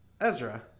Ezra